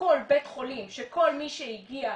בכל בית חולים שכל מי שהגיעה